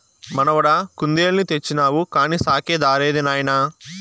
మనవడా కుందేలుని తెచ్చినావు కానీ సాకే దారేది నాయనా